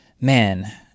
man